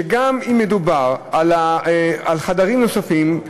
שגם אם מדובר על חדרים נוספים,